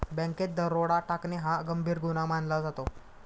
बँकेत दरोडा टाकणे हा गंभीर गुन्हा मानला जातो